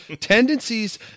Tendencies